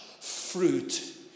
fruit